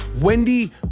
Wendy